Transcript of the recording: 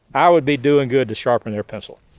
i would be doing good to sharpen their pencil.